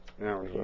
Now